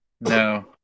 No